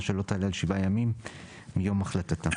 שלא תעלה על שבעה ימים מיום החלטתה.